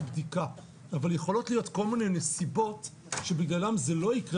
בדיקה אבל יכולות כל מיני נסיבות בגללן זה לא יקרה